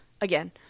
Again